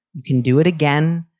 you can do it again.